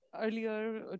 earlier